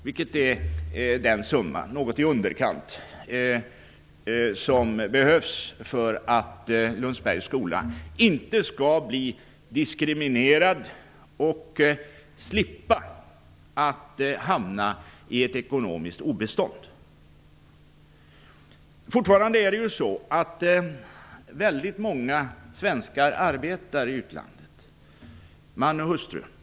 Det är den summa som något i underkant behövs för att Lundsbergs skola inte skall bli diskriminerad och för att den skall slippa hamna på obestånd. Fortfarande arbetar många svenskar i utlandet, både man och hustru.